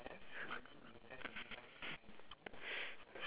what how to sing like what